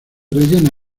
rellena